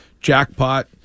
jackpot